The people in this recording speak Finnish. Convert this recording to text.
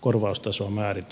korvaustasoa määriteltäessä